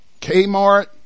Kmart